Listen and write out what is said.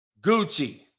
Gucci